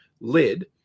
lid